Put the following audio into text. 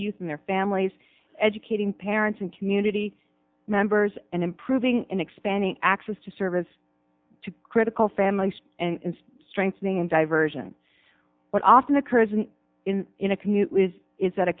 and their families educating parents and community members and improving and expanding access to services to critical families and strengthening and diversion what often occurs an in in a commute was is that a